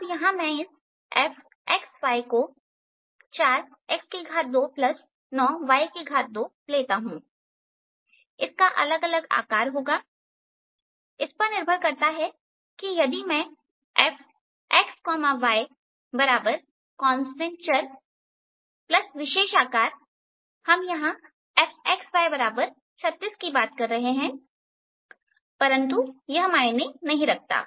अब यहां मैं इस fxy को 4x29y2 लेता हूं इसका अलग अलग आकार होगा इस पर निर्भर करता है कि यदि मैं fxy कांस्टेंट चर और विशेष आकार हम यहां fxy36 की बात कर रहे हैं परंतु यह मायने नहीं रखता